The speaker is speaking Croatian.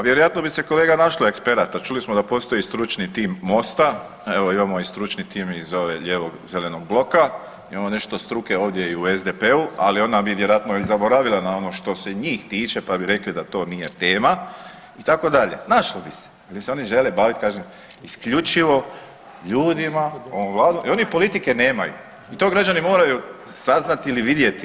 Pa vjerojatno bi se kolega našlo eksperata, čuli smo da postoji stručni tim Mosta, imamo stručni tim iz ove lijevog zelenog bloka, imamo nešto struke ovdje i u SDP-u, ali onda bi vjerojatno i zaboravila na ono što se njih tiče pa bi rekli da to nije tema itd. našlo bi se ali se oni žele bavit kažem isključivo ljudima, ovom vladom i oni politike nemaju i to građani moraju saznati ili vidjeti.